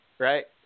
right